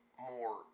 more